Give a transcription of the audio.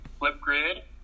Flipgrid